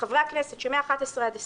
לחברי הכנסת שבין 11 20